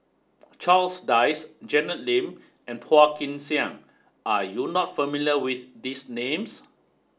Charles Dyce Janet Lim and Phua Kin Siang are you not familiar with these names